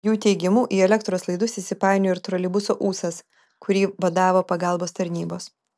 jų teigimu į elektros laidus įsipainiojo ir troleibuso ūsas kurį vadavo pagalbos tarnybos